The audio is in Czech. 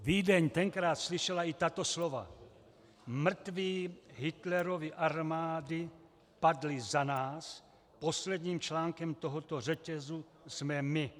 Vídeň tenkrát slyšela i tato slova: Mrtví Hitlerovy armády padli za nás, posledním článkem tohoto řetězu jsme my.